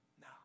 No